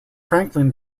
franklin